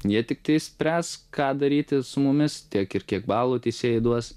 jie tiktai spręs ką daryti su mumis tiek ir kiek balų teisėjai duos